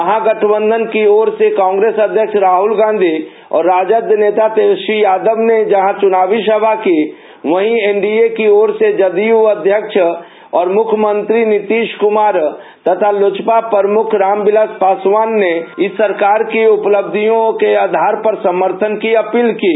महागठबंधन की ओर से कांग्रेस अध्यक्ष राहल गांधी और राजद नेता तेजस्वी प्रसाद यादव ने जहां चुनावी सभा की है वहीं एनडीए की ओर से जदयू अध्यक्ष और मुख्यमंत्री नीतीश कुमार तथा लोजपा प्रमुख रामविलास पासवान ने केन्द्र सरकार की उपलब्धियों के आधार पर समर्थन की अपील की है